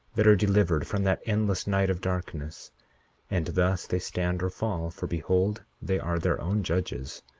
that are delivered from that endless night of darkness and thus they stand or fall for behold, they are their own judges,